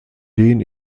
den